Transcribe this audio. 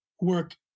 work